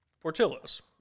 Portillo's